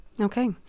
Okay